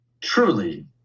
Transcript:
truly